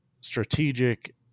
strategic